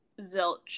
zilch